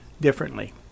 differently